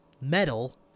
metal